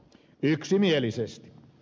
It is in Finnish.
yksimielisesti